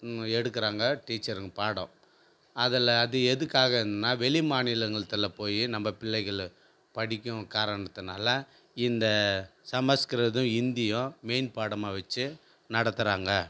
எடுக்கிறாங்க டீச்சர்ங்க பாடம் அதில் அது எதுக்காகன்னால் வெளிமாநிலங்களத்தில் போய் நம்ம பிள்ளைகளும் படிக்கும் காரணத்தினால இந்த சமஸ்கிருதமும் ஹிந்தியும் மெயின் பாடமாக வச்சு நடத்துகிறாங்க